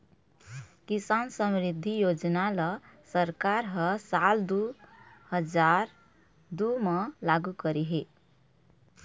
किसान समरिद्धि योजना ल सरकार ह साल दू हजार दू म लागू करे हे